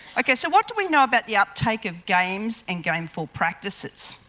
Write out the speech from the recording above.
okay, so what do we know about the uptake of games and gameful practices?